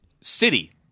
City